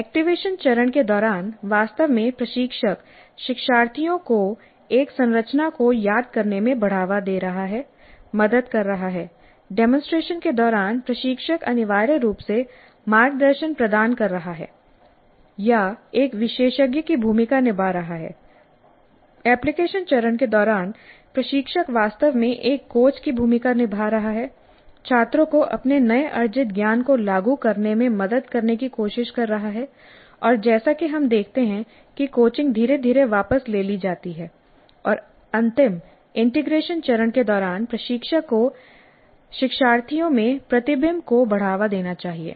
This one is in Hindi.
एक्टिवेशन चरण के दौरान वास्तव में प्रशिक्षक शिक्षार्थियों को एक संरचना को याद करने में बढ़ावा दे रहा हैमदद कर रहा है डेमोंसट्रेशन के दौरान प्रशिक्षक अनिवार्य रूप से मार्गदर्शन प्रदान कर रहा है या एक विशेषज्ञ की भूमिका निभा रहा है एप्लीकेशन चरण के दौरान प्रशिक्षक वास्तव में एक कोच की भूमिका निभा रहा है छात्रों को अपने नए अर्जित ज्ञान को लागू करने में मदद करने की कोशिश कर रहा है और जैसा कि हम देखते हैं कि कोचिंग धीरे धीरे वापस ले ली जाती है और अंतिम इंटीग्रेशन चरण के दौरान प्रशिक्षक को शिक्षार्थियों में प्रतिबिंब को बढ़ावा देना चाहिए